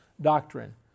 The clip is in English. doctrine